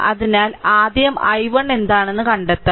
അതിനാൽ ആദ്യം i1 എന്താണെന്ന് കണ്ടെത്തണം